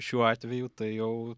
šiuo atveju tai jau